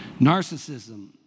Narcissism